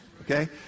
Okay